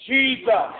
Jesus